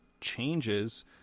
changes